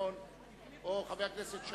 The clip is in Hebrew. חברי הכנסת,